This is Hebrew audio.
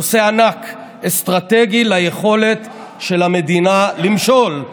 נושא ענק, אסטרטגי ליכולת של המדינה למשול.